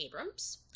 Abrams